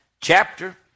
chapter